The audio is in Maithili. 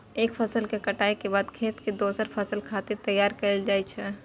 एक फसल के कटाइ के बाद खेत कें दोसर फसल खातिर तैयार कैल जाइ छै